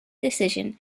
decision